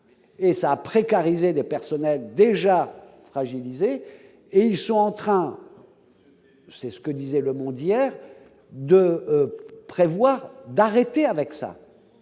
et ça des personnels déjà fragilisé et ils sont en train, c'est ce que disait le monde hier de prévoir d'arrêter avec ça